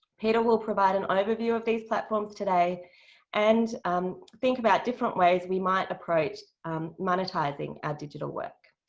peter will provide an overview of these platforms today and think about different ways we might approach monetising our digital work.